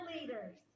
leaders